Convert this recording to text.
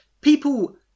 people